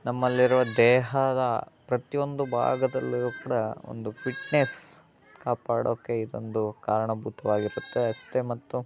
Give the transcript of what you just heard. ನಮ್ಮಲ್ಲಿರುವ ದೇಹದ ಪ್ರತಿಯೊಂದು ಭಾಗದಲ್ಲೂ ಕೂಡ ಒಂದು ಫಿಟ್ನೆಸ್ ಕಾಪಾಡೋಕೆ ಇದೊಂದು ಕಾರಣಭೂತವಾಗಿರುತ್ತೆ ಅಷ್ಟೇ ಮತ್ತು